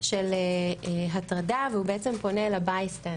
של הטרדה והיא בעצם פונה ל-Bystanders,